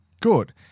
good